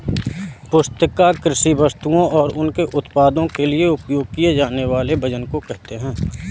पुस्तिका कृषि वस्तुओं और उनके उत्पादों के लिए उपयोग किए जानेवाले वजन को कहेते है